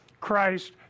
Christ